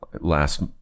last